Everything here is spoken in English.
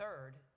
Third